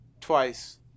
twice